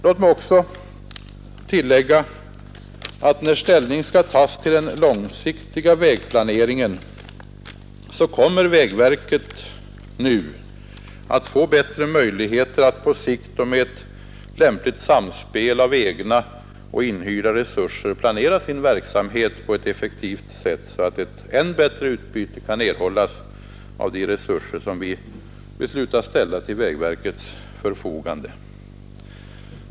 Låt mig också tillägga att vägverket, när ställning skall tas till den långsiktiga vägplaneringen, kommer att få bättre möjligheter att på sikt — med ett lämpligt samspel av egna och inhyrda resurser — planera sin verksamhet på ett effektivt sätt, så att ett ännu bätte utbyte kan erhållas av de medel som vi beslutar ställa till vägverkets förfogande.